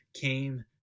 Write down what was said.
came